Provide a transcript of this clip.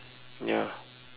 ya